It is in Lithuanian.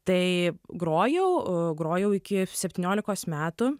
tai grojau grojau iki septyniolikos metų